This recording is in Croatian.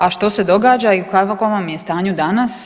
A što se događa i u kakvom je stanju danas?